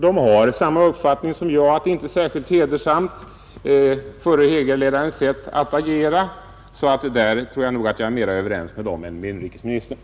De har samma uppfattning som jag om att förre högerledarens sätt att agera inte är särskilt hedersamt. På den punkten är jag mera överens med dem än inrikesministern.